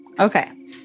Okay